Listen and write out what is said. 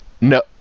No